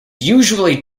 usually